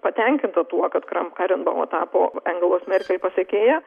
patenkinta tuo kad kramkarenbau tapo angelos merkel pasekėja